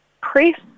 Press